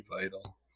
vital